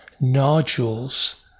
nodules